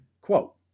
Quote